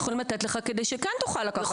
יכולים לתת לך כדי שכן תוכל לקחת אחריות.